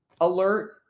alert